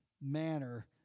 manner